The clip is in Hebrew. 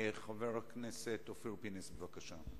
חבר הכנסת אופיר פינס, בבקשה.